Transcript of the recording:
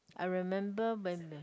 I remember when